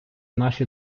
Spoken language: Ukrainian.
наші